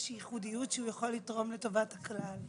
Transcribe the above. ייחודיות אותה הוא יכול לתרום לטובת הכלל.